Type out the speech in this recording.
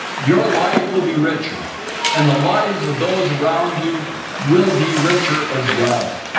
your life will be richer and the lives of those around you will be richer, as well.